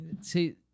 see